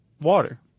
water